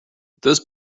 those